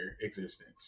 existence